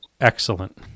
excellent